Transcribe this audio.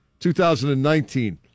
2019